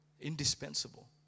Indispensable